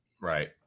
Right